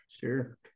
Sure